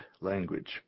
language